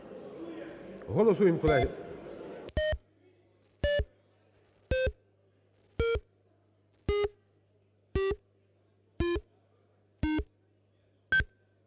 Голосуємо, колеги.